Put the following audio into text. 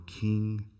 King